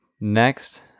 Next